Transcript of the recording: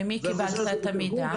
ממי קיבלת את המידע?